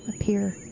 appear